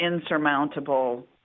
insurmountable